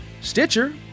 Stitcher